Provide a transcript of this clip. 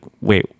wait